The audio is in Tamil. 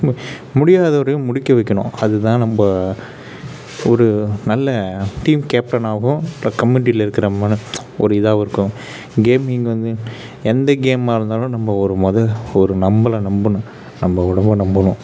முடியாதவரையும் முடிக்க வைக்கணும் அதுதான் நம்ம ஒரு நல்ல டீம் கேப்டனாகவும் அந்த கம்யூனிட்டியில இருக்கிற மன ஒரு இதாகவும் இருக்கும் கேம்மிங் வந்து எந்த கேம்மாக இருந்தாலும் நம்ம ஒரு மதர் ஒரு நம்மள நம்புனா நம்ம ஒழுங்காக நம்பணும்